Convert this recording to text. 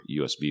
USB